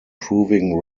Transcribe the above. proving